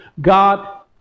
God